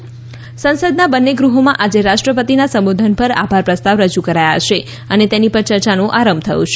આભાર પ્રસ્તાવ સંસદનાં બન્ને ગૃહોમાં આજે રાષ્ટ્રપતિના સંબોધન પર આભાર પ્રસ્તાવ રજુ કરાયા છે અને તેની પર ચર્ચાનો આરંભ થયો છે